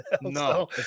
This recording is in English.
No